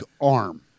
arm